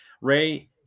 ray